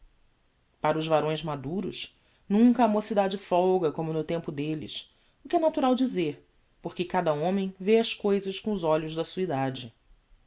para os varões maduros nunca a mocidade folga como no tempo delles o que é natural dizer porque cada homem vê as cousas com os olhos da sua edade